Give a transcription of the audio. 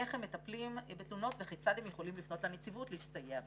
איך הם מטפלים בתלונות וכיצד הם יכולים לפנות לנציבות להסתייע בה.